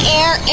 air